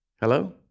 Hello